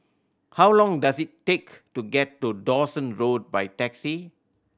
how long does it take to get to Dawson Road by taxi